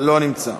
לא נמצא,